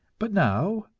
but now,